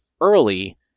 early